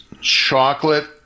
Chocolate